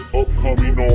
upcoming